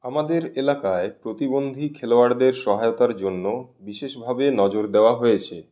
আমাদের এলাকায় প্রতিবন্ধী খেলোয়াড়দের সহায়তার জন্য বিশেষভাবে নজর দেওয়া হয়েছে